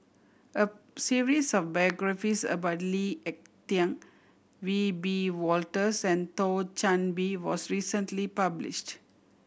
a series of biographies about Lee Ek Tieng Wiebe Wolters and Thio Chan Bee was recently published